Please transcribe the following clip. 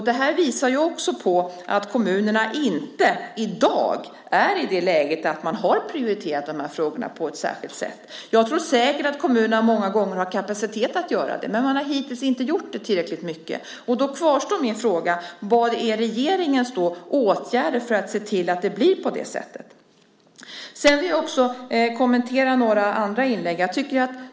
Det visar att kommunerna i dag inte prioriterar de här frågorna. Jag tror säkert att kommunerna många gånger har kapacitet att göra det, men de har hittills inte gjort det tillräckligt mycket. Då kvarstår min fråga: Vilka är regeringens åtgärder för att se till att det blir på det sättet? Jag vill också kommentera några andra inlägg.